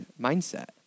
mindset